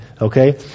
okay